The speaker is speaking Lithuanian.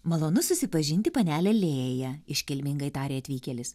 malonu susipažinti panele lėja iškilmingai tarė atvykėlis